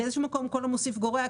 באיזשהו מקום כל המוסיף גורע.